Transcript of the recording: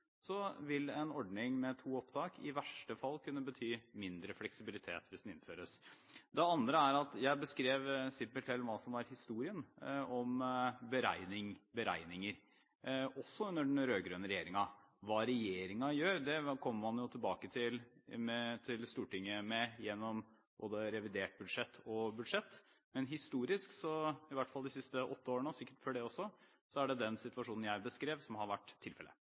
verste fall kunne bety mindre fleksibilitet hvis den innføres. Det andre er at jeg beskrev simpelthen hva som var historien om beregninger, også under den rød-grønne regjeringen. Hva regjeringen gjør kommer man tilbake til Stortinget ved revidert budsjett og budsjett. Men historisk – iallfall de siste åtte årene, og sikkert før det også – er det den situasjonen jeg beskrev, som har vært tilfellet.